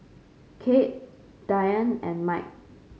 Kade Diane and Mike